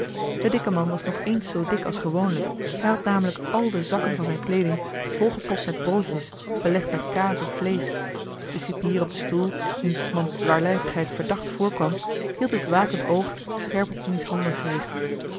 de dikke man was nog eens zoo dik als gewoonlijk hij had namelijk al de zakken van zijne kleeding volgepropt met broodjes belegd met kaas of vleesch de cipier op den stoel wien s mans zwaarlijvigheid verdacht voorkwam hield het wakend oog scherp op diens handen gericht